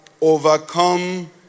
overcome